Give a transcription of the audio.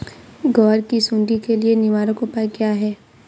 ग्वार की सुंडी के लिए निवारक उपाय क्या है?